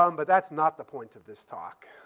um but that's not the point of this talk.